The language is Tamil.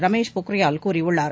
ரமேஷ் பொக்ரியால் கூறியுள்ளார்